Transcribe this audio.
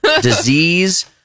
disease